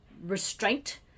restraint